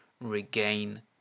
regain